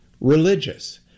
religious